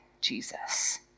Jesus